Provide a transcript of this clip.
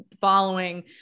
following